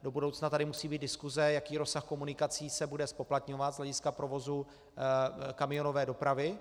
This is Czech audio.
Do budoucna tady musí být diskuse, jaký rozsah komunikací se bude zpoplatňovat z hlediska provozu kamionové dopravy.